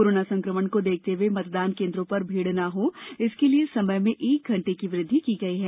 corona संकमण को देखते हुए मतदान केन्द्रों पर भीड़ न हो इसके लिए समय में एक घंटे की वृद्धि की गई है